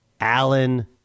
Allen